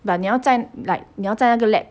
but 你要在 like 你要在那个 lab